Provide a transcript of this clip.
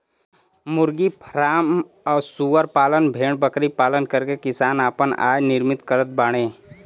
मुर्गी फ्राम सूअर पालन भेड़बकरी पालन करके किसान आपन आय निर्मित करत बाडे